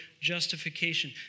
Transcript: justification